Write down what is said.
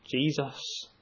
Jesus